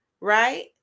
Right